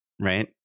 right